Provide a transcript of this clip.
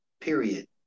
Period